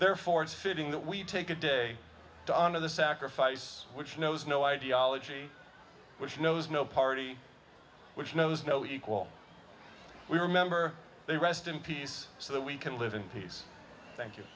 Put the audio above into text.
therefore it's fitting that we take a day to honor the sacrifice which knows no ideology which knows no party which knows no equal we remember they rest in peace so that we can live in peace thank you